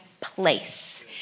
place